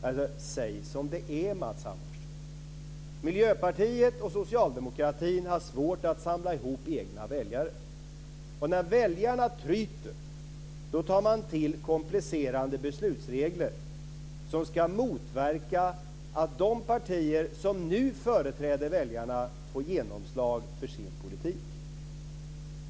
Eller säg som det är, Matz Hammarström, nämligen att Miljöpartiet och Socialdemokraterna har svårt att samla ihop egna väljare, och när väljarna tryter, då tar man till komplicerande beslutsregler som ska motverka att de partier som nu företräder väljarna får genomslag för sin politik.